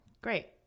great